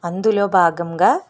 అందులో భాగంగా